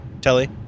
Telly